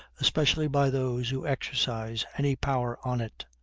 especially by those who exercise any power on it.